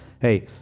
Hey